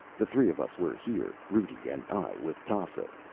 the three of us were here, rudi and i, with tasso.